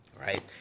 right